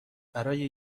برای